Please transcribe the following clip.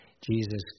Jesus